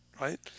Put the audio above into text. right